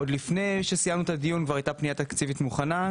עוד לפני שסיימנו את הדיון כבר הייתה פנייה תקציבית מוכנה,